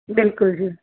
ਬਿਲਕੁਲ ਜੀ